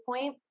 point